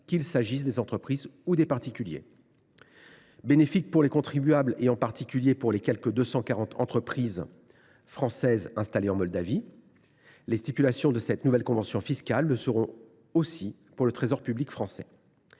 qu’il s’agisse des entreprises ou des particuliers. Bénéfiques pour les contribuables, et en particulier pour les 240 entreprises françaises installées en Moldavie, les termes de cette nouvelle convention fiscale le seront aussi pour le Trésor public français.